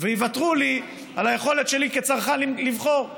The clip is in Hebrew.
ויוותרו לי על היכולת שלי כצרכן לבחור?